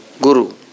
Guru